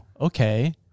okay